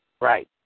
Right